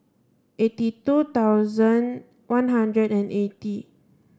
eighty two thousand one hundred and eighty